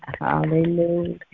Hallelujah